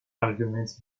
arguments